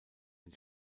den